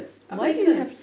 apa ACRES